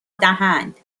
دهند